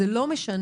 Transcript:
זה לא משנה.